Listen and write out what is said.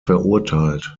verurteilt